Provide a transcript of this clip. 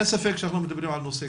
אין ספק שאנחנו מדברים על נושא